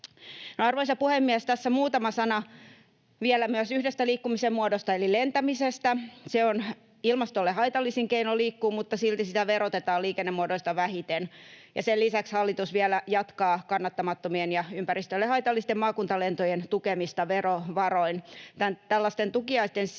Arvoisa puhemies! Tässä muutama sana vielä myös yhdestä liikkumisen muodosta eli lentämisestä. Se on ilmastolle haitallisin keino liikkua, mutta silti sitä verotetaan liikennemuodoista vähiten, ja sen lisäksi hallitus vielä jatkaa kannattamattomien ja ympäristölle haitallisten maakuntalentojen tukemista verovaroin. Tällaisten tukiaisten sijaan